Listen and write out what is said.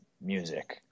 music